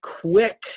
quick